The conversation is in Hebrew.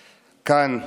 כאן,